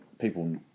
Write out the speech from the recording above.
people